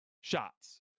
shots